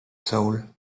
soul